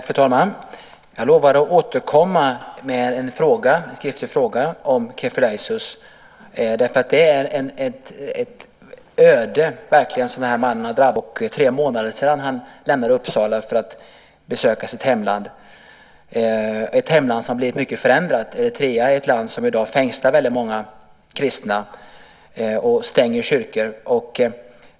Fru talman! Jag lovade att återkomma med en skriftlig fråga om Kifleyesus. Den mannen har verkligen drabbats av ett öde. Det är nu tre år och tre månader sedan han lämnade Uppsala för att besöka sitt hemland, ett hemland som blivit mycket förändrat. Eritrea är ett land som i dag fängslar många kristna och stänger kyrkor.